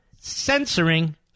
censoring